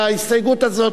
להסתייגות הזאת?